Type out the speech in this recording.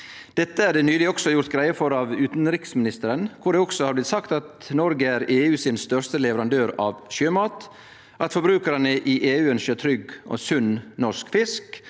Dette er det nyleg også gjort greie for av utanriksministeren, der det også har blitt sagt at No reg er EU sin største leverandør av sjømat, at forbrukarane i EU ønskjer trygg og sunn norsk fisk,